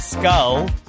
Skull